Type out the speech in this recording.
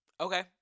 Okay